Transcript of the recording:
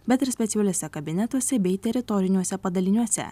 bet ir specialiuose kabinetuose bei teritoriniuose padaliniuose